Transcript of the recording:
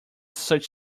such